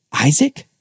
Isaac